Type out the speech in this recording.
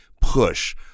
push